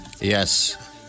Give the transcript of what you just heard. yes